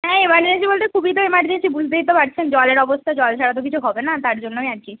হ্যাঁ ইমার্জেন্সি বলতে খুবই তো ইমার্জেন্সি বুঝতেই তো পারছেন জলের অবস্থা জল ছাড়া তো কিছু হবে না তার জন্যই আর কি